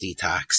Detox